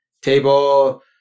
Table